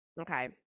Okay